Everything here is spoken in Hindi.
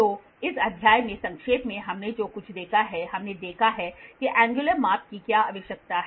तो इस अध्याय में संक्षेप में हमने जो कुछ देखा है हमने देखा है कि एंगयुलर माप की क्या आवश्यकता है